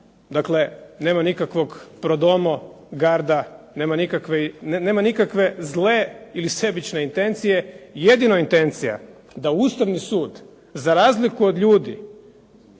Dakle, nema nikakvog pro domo garda, nema nikakve zle ili sebične intencije, jedino intencija da Ustavni sud za razliku od ljudi